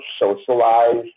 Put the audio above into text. socialized